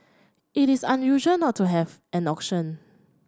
it is unusual not to have an auction